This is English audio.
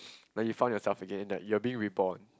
like you found yourself again that you are being reborn